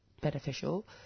beneficial